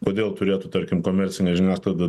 kodėl turėtų tarkim komercinė žiniasklaida